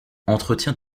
entretien